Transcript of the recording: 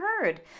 heard